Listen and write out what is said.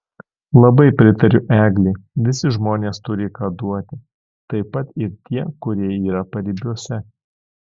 labai pritariu eglei visi žmonės turi ką duoti taip pat ir tie kurie yra paribiuose